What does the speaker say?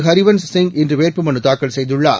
ஹரிவன்ஸ் சிங் இன்று வேட்புமனு தாக்கல் செய்துள்ளார்